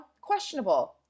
questionable